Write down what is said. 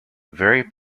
very